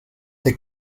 they